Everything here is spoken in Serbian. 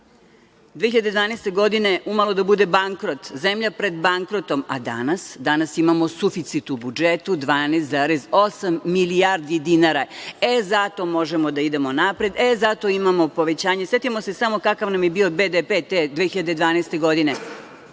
2012. umalo da bude bankrot, zemlja pred bankrotom. A danas? Danas imamo suficit u budžetu - 12,8 milijardi dinara. E, zato možemo da idemo napred, zato imamo povećanje. Setimo se samo kakva nam je bio BDP te 2012. godine,